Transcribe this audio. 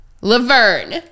laverne